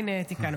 הינה, תיקנו.